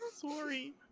Sorry